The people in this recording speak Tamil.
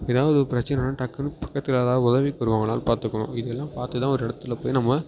ஏதாவது ஒரு பிரச்சனைனால் டக்குனு பக்கத்தில் யாராவது உதவிக்கு வருவாங்களான்னு பார்த்துக்குணும் இதெல்லாம் பார்த்து தான் ஒரு இடத்துல போய் நம்ம